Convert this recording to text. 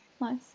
Nice